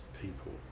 people